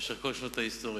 במשך כל שנות ההיסטוריה.